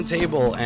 table